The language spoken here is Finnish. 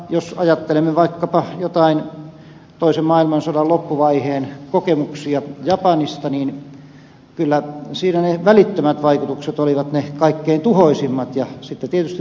jos ajattelemme vaikkapa toisen maailmansodan loppuvaiheen kokemuksia japanista niin kyllä siinä ne välittömät vaikutukset olivat ne kaikkein tuhoisimmat ja sitten tietysti seurannaisvaikutukset jatkuivat pitkään